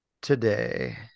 today